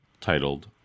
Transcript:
titled